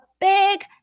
big